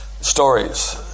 stories